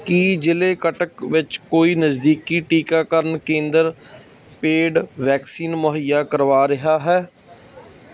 ਕੀ ਜ਼ਿਲ੍ਹੇ ਕਟਕ ਵਿੱਚ ਕੋਈ ਨਜ਼ਦੀਕੀ ਟੀਕਾਕਰਨ ਕੇਂਦਰ ਪੇਡ ਵੈਕਸੀਨ ਮੁਹੱਈਆ ਕਰਵਾ ਰਿਹਾ ਹੈ